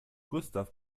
gustav